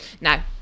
now